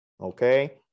okay